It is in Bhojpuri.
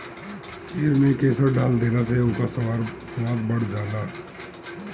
खीर में केसर डाल देहला से ओकर स्वाद बढ़ जाला